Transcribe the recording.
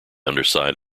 underside